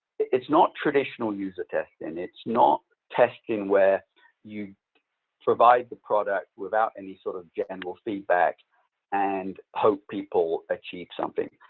it's not traditional user testing. and it's not testing where you provide the product without any sort of general feedback and hope people achieve something.